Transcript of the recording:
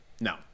No